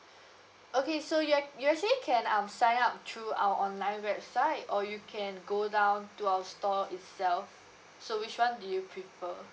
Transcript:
okay so you you actually can um sign up through our online website or you can go down to our store itself so which one do you prefer